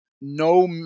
no